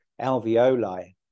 alveoli